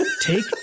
take